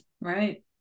right